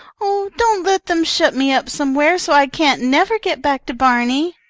oh, don't let them shut me up somewhere so i can't never get back to barney!